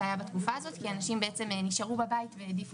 שיהיה אפשר להפעיל את כל המכשירים שגם ככה עומדים בבית חולים,